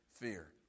fear